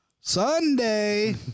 Sunday